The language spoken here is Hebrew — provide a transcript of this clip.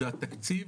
זה התקציב